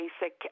basic